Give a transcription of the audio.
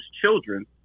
children